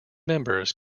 members